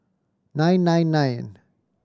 nine nine nine